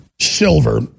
silver